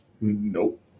nope